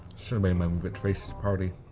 my move at tracy's party.